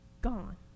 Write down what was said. Gone